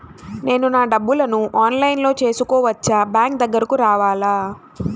నేను నా డబ్బులను ఆన్లైన్లో చేసుకోవచ్చా? బ్యాంక్ దగ్గరకు రావాలా?